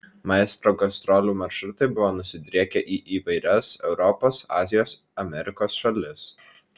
maestro gastrolių maršrutai buvo nusidriekę į įvairias europos azijos amerikos šalis